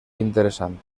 interessant